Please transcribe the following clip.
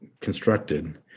constructed